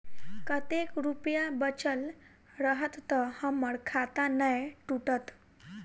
कतेक रुपया बचल रहत तऽ हम्मर खाता नै टूटत?